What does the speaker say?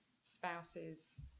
spouse's